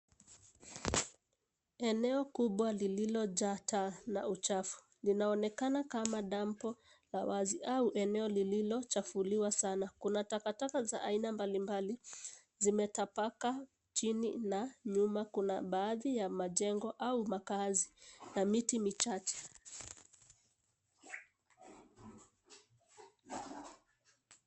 Eneo kubwa lililojaa taa na uchafu, linaonekana kama dampo la wazi au eneo lililochafuliwa sana. Kuna takataka za aina mbalimbali zimetapakaa chini na nyuma kuna baadhi ya majengo au makazi na miti michache.